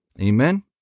Amen